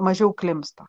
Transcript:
mažiau klimpsta